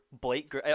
Blake